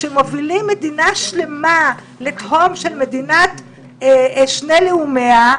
כשמובילים מדינה שלמה לתהום של מדינת שני לאומיה,